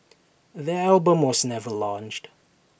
the album was never launched